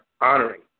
honoring